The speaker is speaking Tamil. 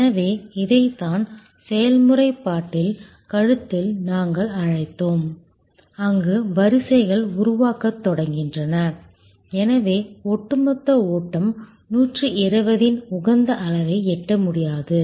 எனவே இதைத்தான் செயல்முறை பாட்டில் கழுத்தில் நாங்கள் அழைத்தோம் அங்கு வரிசைகள் உருவாகத் தொடங்குகின்றன எனவே ஒட்டுமொத்த ஓட்டம் 120 இன் உகந்த அளவை எட்ட முடியாது